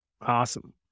Awesome